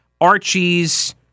Archie's